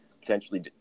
potentially